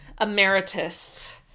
emeritus